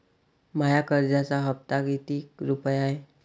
माया कर्जाचा हप्ता कितीक रुपये हाय?